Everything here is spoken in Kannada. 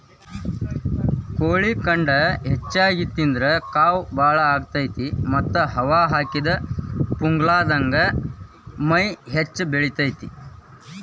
ಕೋಳಿ ಖಂಡ ಹೆಚ್ಚಿಗಿ ತಿಂದ್ರ ಕಾವ್ ಬಾಳ ಆಗತೇತಿ ಮತ್ತ್ ಹವಾ ಹಾಕಿದ ಪುಗ್ಗಾದಂಗ ಮೈ ಹೆಚ್ಚ ಬೆಳಿತೇತಿ